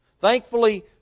Thankfully